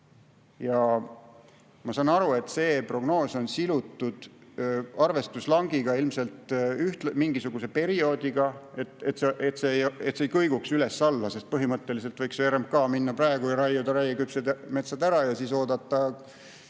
Ma saan aru, et see prognoos on silutud arvestuslangiga ilmselt mingisuguse perioodi [arvestuses], et see [prognoos] ei kõiguks üles-alla, sest põhimõtteliselt võiks ju RMK minna praegu ja raiuda raieküpsed metsad ära ja siis oodata,